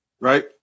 right